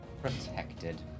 Protected